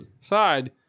side